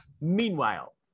Meanwhile